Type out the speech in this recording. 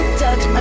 touch